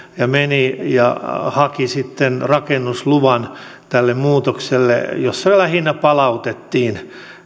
ja meni ja haki sitten rakennusluvan tälle muutokselle jossa lähinnä palautettiin